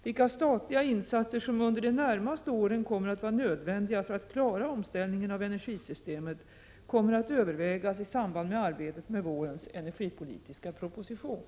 Vilka statliga insatser som under de närmaste åren kommer att vara nödvändiga för att klara omställningen av energisystemet kommer att övervägas i samband med arbetet med vårens energipolitiska proposition.